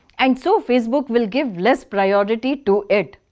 and so facebook will give less priority to it.